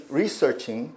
researching